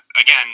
again